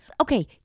okay